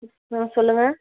ம் சொல்லுங்க